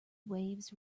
waves